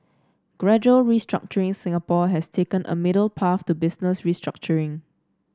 gradual restructuring Singapore has taken a middle path to business restructuring